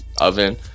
oven